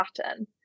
pattern